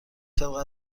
ساعت